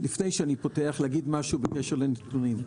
לפני שאני פותח, להגיד משהו בקשר לנתונים.